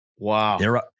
Wow